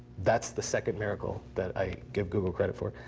that's the second miracle that i give google credit for.